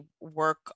work